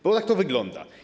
Bo tak to wygląda.